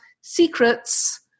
secrets